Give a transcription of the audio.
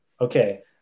Okay